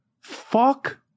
Fuck